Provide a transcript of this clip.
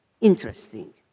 interesting